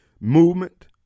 movement